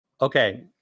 Okay